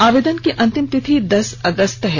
आवेदन की अंतिम तिथि दस अगस्त है